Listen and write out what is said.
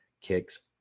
kicks